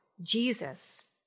Jesus